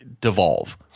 devolve